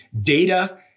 data